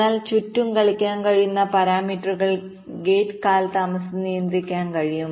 എന്നാൽ നമുക്ക് ചുറ്റും കളിക്കാൻ കഴിയുന്ന പാരാമീറ്ററുകൾ ഗേറ്റ് കാലതാമസം നിയന്ത്രിക്കാൻ കഴിയും